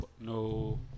No